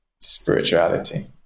spirituality